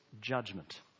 judgment